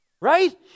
right